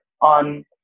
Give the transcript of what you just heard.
on